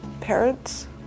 parents